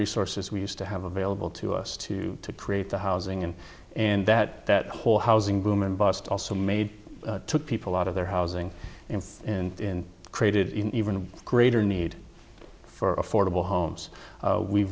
resources we used to have available to us to create the housing and and that that whole housing boom and bust also made took people out of their housing and in created even greater need for affordable homes